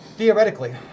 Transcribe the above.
Theoretically